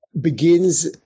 begins